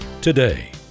today